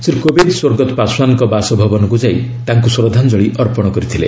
ଶ୍ରୀ କୋବିନ୍ଦ୍ ସ୍ୱର୍ଗତ ପାଶୱାନ୍ଙ୍କ ବାସଭବନକୁ ଯାଇ ତାଙ୍କୁ ଶ୍ରଦ୍ଧାଞ୍ଚଳି ଅର୍ପଣ କରିଥିଲେ